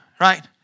Right